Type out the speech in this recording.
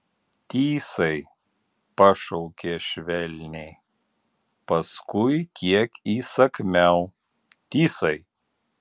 tysai pašaukė švelniai paskui kiek įsakmiau tysai